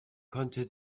konnte